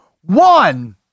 one